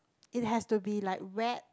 it has to be like wet